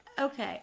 Okay